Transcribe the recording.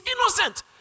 innocent